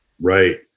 Right